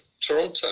Toronto